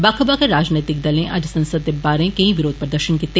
बक्ख बक्ख राजनैतिक दलें अज्ज संसद दे बाहर केई विरोध प्रदर्षन कीते